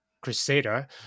Crusader